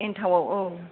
एन्थावआव औ